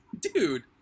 Dude